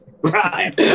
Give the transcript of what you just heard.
right